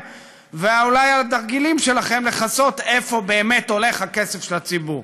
ואולי על התרגילים שלכם לכסות באמת לאן הולך הכסף של הציבור.